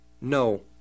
No